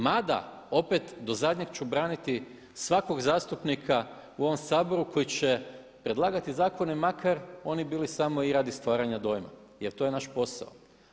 Mada opet do zadnjeg ću braniti svakog zastupnika u ovom Saboru koji će predlagati zakone makar oni bili i radi stvaranja dojma jel to je naš posao.